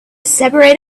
separate